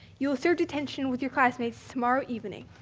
you will serve detention with your classmates tomorrow evening,